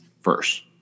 first